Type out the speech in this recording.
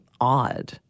odd